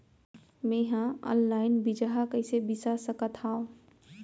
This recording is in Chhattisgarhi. मे हा अनलाइन बीजहा कईसे बीसा सकत हाव